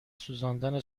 سوزاندن